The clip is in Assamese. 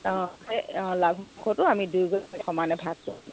অঁ এই অঁ লাভৰ অংশটো আমি দুয়োগৰাকীয়ে সমানে ভাগ কৰি ল'ম